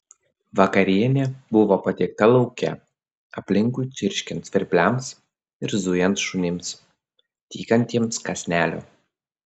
vakarienė buvo patiekta lauke aplinkui čirškiant svirpliams ir zujant šunims tykantiems kąsnelio